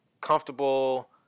Comfortable